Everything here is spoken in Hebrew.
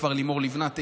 כבר לימור לבנת הגישה,